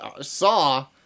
saw